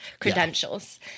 credentials